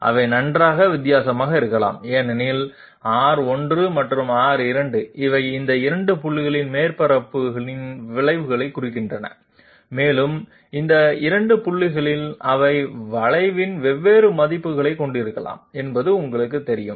அவை நன்றாக வித்தியாசமாக இருக்கலாம் ஏனெனில் R1 மற்றும் R2 அவை இந்த 2 புள்ளிகளில் மேற்பரப்பின் வளைவுகளைக் குறிக்கின்றன மேலும் இந்த 2 புள்ளிகளில் அவை வளைவின் வெவ்வேறு மதிப்புகளைக் கொண்டிருக்கலாம் என்பது உங்களுக்குத் தெரியும்